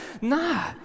Nah